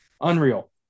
unreal